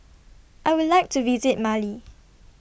I Would like to visit Mali